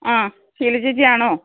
ആ ഷീല ചേച്ചിയാണോ